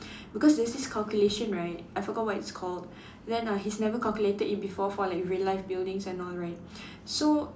because there's this calculation right I forgot what it's called then uh he's never calculated it before for like real life buildings and all right so